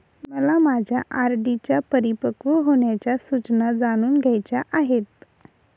मला माझ्या आर.डी च्या परिपक्व होण्याच्या सूचना जाणून घ्यायच्या आहेत